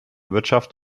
wirtschaft